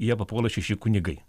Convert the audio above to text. į ją papuola šeši kunigai